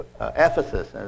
Ephesus